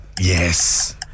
Yes